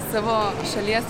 savo šalies